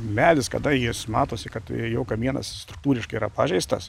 medis kada jis matosi kad jo kamienas struktūriškai yra pažeistas